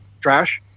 trash